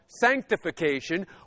sanctification